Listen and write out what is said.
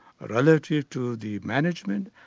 relative to the management,